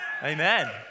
Amen